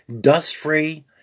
dust-free